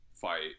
fight